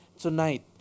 tonight